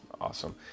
Awesome